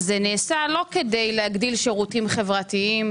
נעשה לא כדי להגדיל שירותים חברתיים,